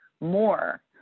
more